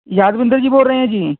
ਯਾਦਵਿੰਦਰ ਜੀ ਬੋਲ ਰਹੇ ਹੈ ਜੀ